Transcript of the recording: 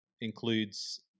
includes